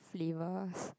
flavours